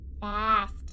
Fast